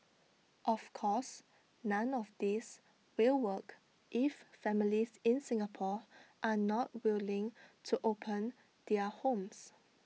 of course none of this will work if families in Singapore are not willing to open their homes